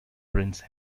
prince